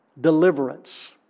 deliverance